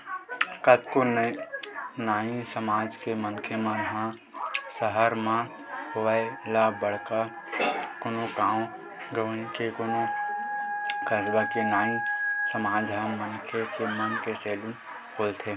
कतको नाई समाज के मनखे मन ह सहर म होवय ते बड़का कोनो गाँव गंवई ते कोनो कस्बा के नाई समाज के मनखे मन ह सैलून खोलथे